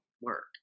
work